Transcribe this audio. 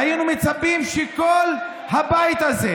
היינו מצפים שכל הבית הזה,